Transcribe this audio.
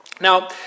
Now